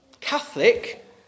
Catholic